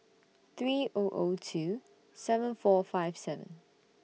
three O O two seven four five seven